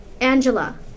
Angela